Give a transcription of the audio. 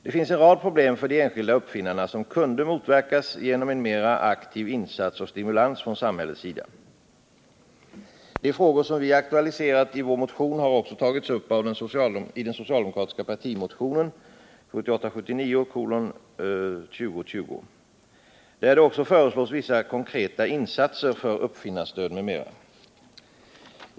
Det finns en rad problem för de enskilda uppfinnarna som kunde motverkas genom en mera aktiv insats och stimulans från samhällets sida. De frågor som vi aktualiserat i vår motion har också tagits upp i den socialdemokratiska partimotionen 1978/79:2020, där det även föreslås vissa konkreta insatser för uppfinnarstöd m.m.